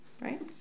right